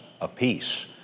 apiece